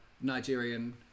Nigerian